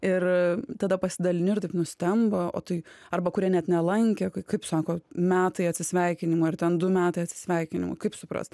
ir tada pasidalini ir taip nustemba o tai arba kurie net nelankė kaip sako metai atsisveikinimo ir ten du metai atsisveikinimų kaip suprast